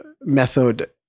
method